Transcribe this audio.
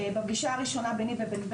בפגישה הראשונה ביני לבין בני,